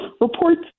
reports